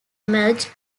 emerged